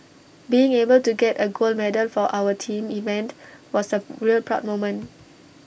being able to get A gold medal for our team event was A really proud moment